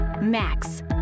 Max